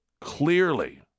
clearly